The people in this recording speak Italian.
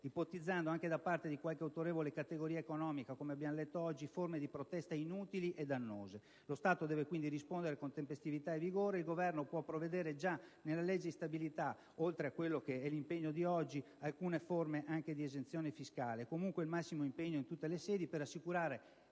ipotizzando anche, da parte di qualche autorevole categoria economica (come abbiamo letto oggi), forme di protesta inutili e dannose. Lo Stato deve quindi rispondere con tempestività e vigore; il Governo può prevedere già nella legge di stabilità (oltre all'impegno di oggi) alcune forme di esenzione fiscale. È necessario comunque il massimo impegno in tutte le sedi per assicurare